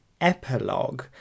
epilogue